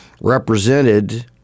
represented